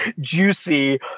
juicy